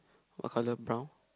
what colour brown